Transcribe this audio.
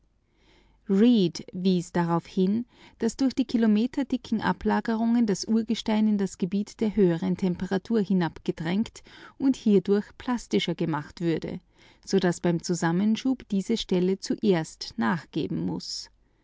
wies darauf hin daß durch die kilometerdicken ablagerungen das urgestein in das gebiet der höheren temperatur hinabgedrängt und hierdurch plastischer gemacht würde so daß beim zusammenschub diese stelle zuerst nachgeben muß